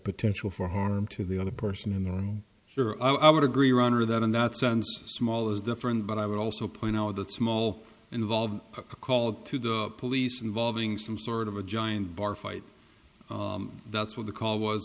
potential for harm to the other person in the room where i would agree or honor that in that sense small is different but i would also point out that small involved a call to the police involving some sort of a giant bar fight that's what the call was